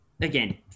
again